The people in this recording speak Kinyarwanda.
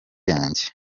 yanjye